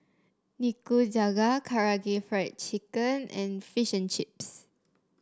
Nikujaga Karaage Fried Chicken and Fish and Chips